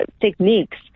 techniques